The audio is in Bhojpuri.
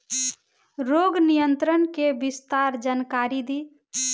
रोग नियंत्रण के विस्तार जानकारी दी?